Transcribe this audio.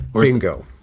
Bingo